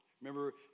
Remember